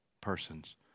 persons